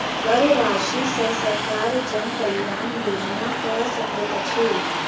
कर राशि सॅ सरकार जन कल्याण योजना कअ सकैत अछि